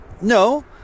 No